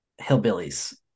hillbillies